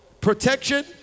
Protection